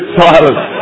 silence